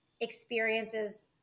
experiences